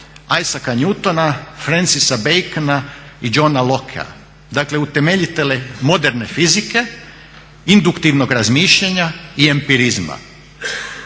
Isaaca Newtona, Francisa Bacona i Johna Lockea, dakle utemeljitelje moderne fizike, induktivnog razmišljanja i empirizma.